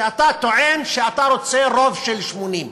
כשאתה טוען שאתה רוצה רוב של 80,